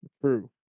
True